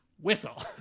whistle